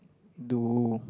do